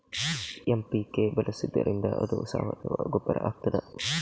MPK ಬಳಸಿದ್ದರಿಂದ ಅದು ಸಾವಯವ ಗೊಬ್ಬರ ಆಗ್ತದ?